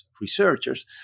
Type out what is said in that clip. researchers